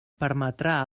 permetrà